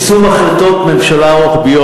יישום החלטות ממשלה רוחביות,